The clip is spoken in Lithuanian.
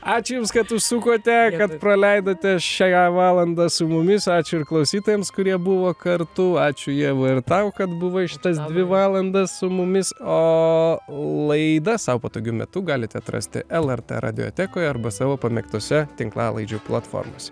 ačiū jums kad užsukote kad praleidote šią valandą su mumis ačiū ir klausytojams kurie buvo kartu ačiū ieva ir tau kad buvai šitas dvi valandas su mumis o laidą sau patogiu metu galit atrasti lrt radiotekoje arba savo pamėgtose tinklalaidžių platformose